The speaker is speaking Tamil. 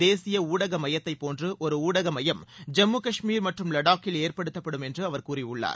தேசிய ஊடக மையத்தைப்போன்று ஒரு ஊடக மையம் ஜம்மு காஷ்மீர் மற்றும் லடாக்கில் ஏற்படுத்தப்படும் என்று அவர் கூறியுள்ளார்